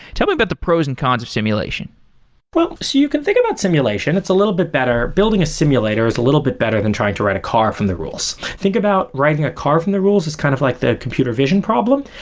tell me about the pros and cons of simulation well, so you can think about simulation, it's a little bit better building a simulator is a little bit better than trying to ride a car from the rules. think about riding a car from the rules is kind of like the computer vision problem,